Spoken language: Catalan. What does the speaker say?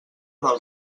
del